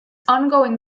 ongoing